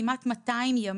כמעט 200 ימים.